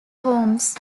holmes